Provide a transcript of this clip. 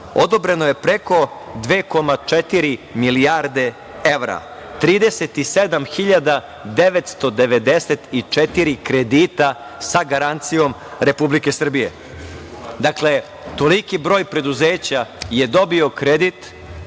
odobreno je preko 2,4 milijarde evra, 37.994 kredita sa garancijom Republike Srbije. Toliki broj preduzeća je dobio kredit,